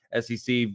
sec